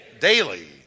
daily